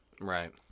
Right